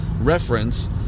reference